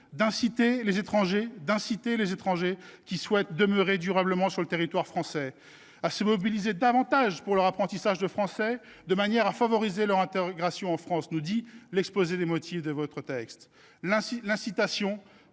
d’inciter les étrangers qui souhaitent demeurer durablement sur le territoire à se mobiliser davantage dans leur apprentissage du français, de manière à favoriser leur intégration en France », est il écrit dans l’exposé des motifs de votre texte. L’incitation